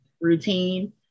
routine